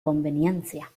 conveniencia